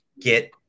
get